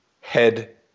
head